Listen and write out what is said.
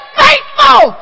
faithful